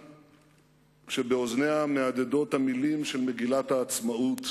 כשבאוזניה מהדהדות המלים של מגילת העצמאות: